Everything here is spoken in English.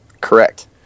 Correct